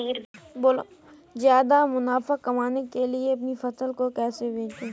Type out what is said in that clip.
ज्यादा मुनाफा कमाने के लिए अपनी फसल को कैसे बेचें?